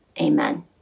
amen